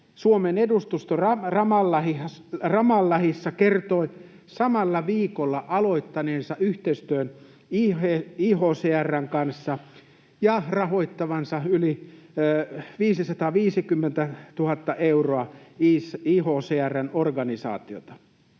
Suomen edustusto Ramallahissa kertoi samalla viikolla aloittaneensa yhteistyön ICHR:n kanssa ja rahoittavansa yli 550 000 eurolla ICHR:n organisaatiota.